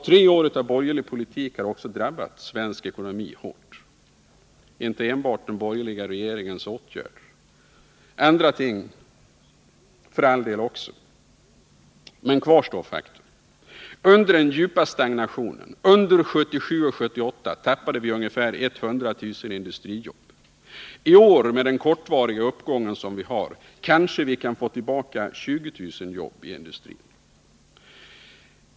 Tre år av borgerlig politik har drabbat den svenska ekonomin hårt. Under den djupa stagnationen 1977 och 1978 tappade vi ungefär 100 000 industrijobb. I år, med dess kortvariga uppgång, kan vi få tillbaka 20 000 jobb i industrin.